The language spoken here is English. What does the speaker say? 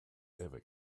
ever